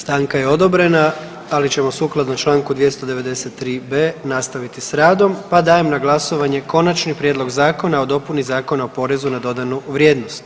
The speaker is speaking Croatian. Stanka je odobrena, ali ćemo sukladno čl. 293.b. nastaviti s radom, pa dajem na glasovanje Konačni prijedlog zakona o dopuni Zakona o porezu na dodanu vrijednost.